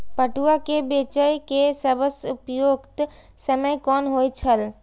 पटुआ केय बेचय केय सबसं उपयुक्त समय कोन होय छल?